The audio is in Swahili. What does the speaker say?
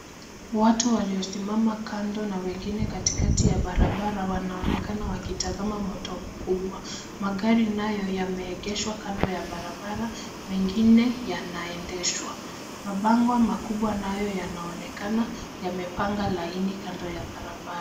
Watu waliosimama kando na wengine katikati ya barabara wanaonekana wakitazama moto mkubwa. Magari nayo yameegeshwa kando ya barabara, mengine yanaendeshwa. Mabango makubwa nayo yanaonekana yamepanga laini kando ya barabara.